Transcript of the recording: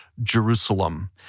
Jerusalem